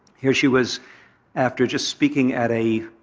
here she was after just speaking at a